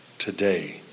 Today